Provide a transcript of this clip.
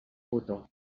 botó